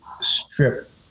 strip